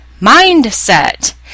mindset